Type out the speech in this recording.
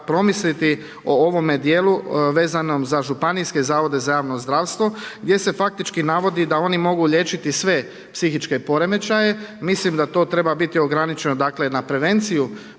promisliti o ovome dijelu vezanom za županijske zavode za javno zdravstvo gdje se faktički navodi da oni mogu liječiti sve psihičke poremećaje. Mislim da to treba biti ograničeno dakle na prevenciju